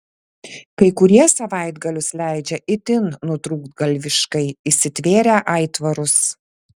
kai kurie savaitgalius leidžia itin nutrūktgalviškai įsitvėrę aitvarus